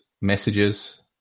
messages